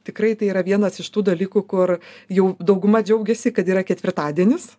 tikrai tai yra vienas iš tų dalykų kur jau dauguma džiaugiasi kad yra ketvirtadienis